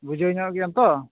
ᱵᱩᱡᱷᱟᱹᱣ ᱧᱟᱢᱮᱫ ᱜᱮᱭᱟᱢ ᱛᱚ